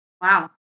Wow